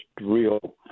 real